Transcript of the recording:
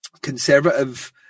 conservative